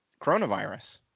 coronavirus